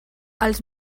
els